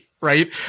right